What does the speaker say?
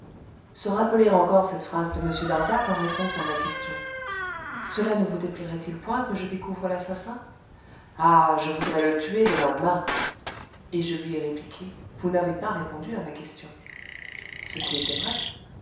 se rappeler encore cette phrase de m darzac en réponse à ma question cela ne vous déplairaitil point que je découvre l'assassin ah je voudrais le tuer de ma main et je lui ai répliqué vous n'avez pas répondu à ma question ce qui était vrai